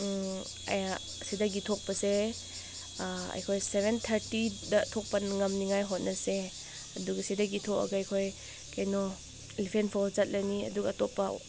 ꯁꯤꯗꯒꯤ ꯊꯣꯛꯄꯁꯦ ꯑꯩꯈꯣꯏ ꯁꯕꯦꯟ ꯊꯥꯔꯇꯤꯗ ꯊꯣꯛꯄ ꯉꯝꯅꯤꯡꯉꯥꯏ ꯍꯣꯠꯅꯁꯦ ꯑꯗꯨꯒ ꯁꯤꯗꯒꯤ ꯊꯣꯛꯑꯒ ꯑꯩꯈꯣꯏ ꯀꯩꯅꯣ ꯏꯂꯤꯐꯦꯟ ꯐꯣꯜ ꯆꯠꯂꯅꯤ ꯑꯗꯨ ꯑꯇꯣꯞꯄ